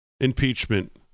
impeachment